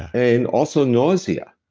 and also nausea.